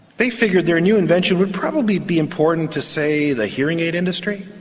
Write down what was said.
they figured their new invention would probably be important to, say, the hearing aid industry.